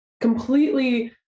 completely